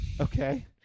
Okay